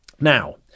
Now